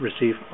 receive